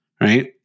right